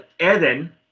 Eden